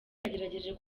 yagerageje